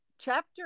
Chapter